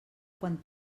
quan